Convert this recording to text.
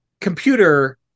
computer